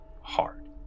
hard